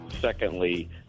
Secondly